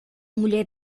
mulher